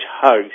hugs